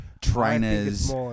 trainers